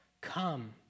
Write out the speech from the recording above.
Come